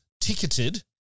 ticketed